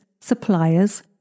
suppliers